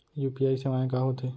UPI सेवाएं का होथे?